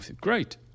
Great